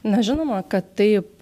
na žinoma kad taip